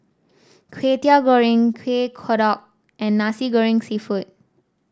Kway Teow Goreng Kueh Kodok and Nasi Goreng seafood